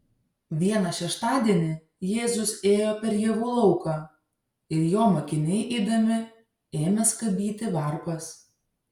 vieną šeštadienį jėzus ėjo per javų lauką ir jo mokiniai eidami ėmė skabyti varpas